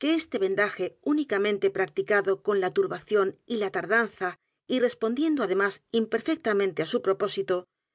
que este vendaje únicamente p r a c t i cado con la turbación y la tardanza y respondiendo además imperfectamente á su propósito